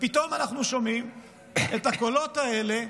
ופתאום אנחנו שומעים את הקולות האלה